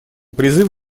призыв